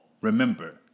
remember